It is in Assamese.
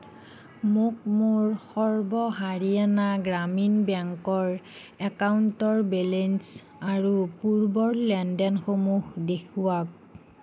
মোক মোৰ সৰ্ব হাৰিয়ানা গ্ৰামীণ বেংকৰ একাউণ্টৰ বেলেঞ্চ আৰু পূৰ্বৰ লেনদেনসমূহ দেখুৱাওক